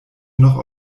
noch